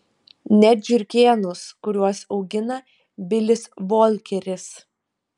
net žiurkėnus kuriuos augina bilis volkeris